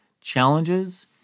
challenges